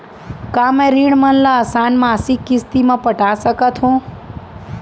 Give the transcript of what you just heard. का मैं ऋण मन ल आसान मासिक किस्ती म पटा सकत हो?